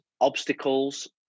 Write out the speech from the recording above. obstacles